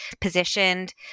positioned